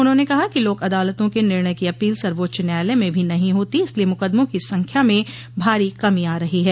उन्होंने कहा कि लोक अदालतों के निर्णय की अपील सर्वोच्च न्यायालय में भी नहीं होती इसलिए मुकदमों की संख्या में भारी कमी आ रही है